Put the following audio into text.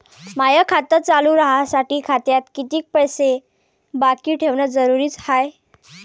माय खातं चालू राहासाठी खात्यात कितीक पैसे बाकी ठेवणं जरुरीच हाय?